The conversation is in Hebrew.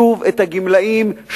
שוב הגמלאים,